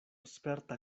sperta